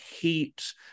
heat